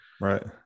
right